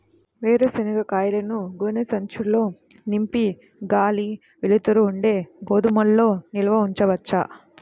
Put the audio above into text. వేరుశనగ కాయలను గోనె సంచుల్లో నింపి గాలి, వెలుతురు ఉండే గోదాముల్లో నిల్వ ఉంచవచ్చా?